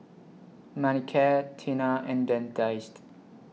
Manicare Tena and Dentiste